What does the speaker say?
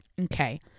okay